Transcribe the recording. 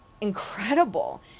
incredible